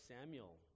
Samuel